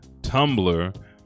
tumblr